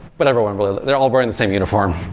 but everyone really they're all wearing the same uniform.